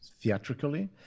theatrically